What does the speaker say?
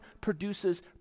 produces